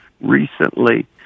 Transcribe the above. recently